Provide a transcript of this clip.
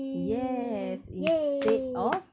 yes instead of